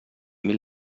mil